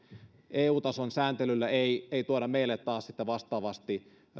eu tason sääntelyllä ei ei tuoda meille taas vastaavasti